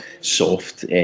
soft